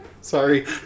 Sorry